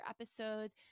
episodes